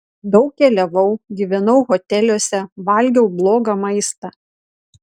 daug keliavau gyvenau hoteliuose valgiau blogą maistą